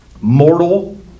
mortal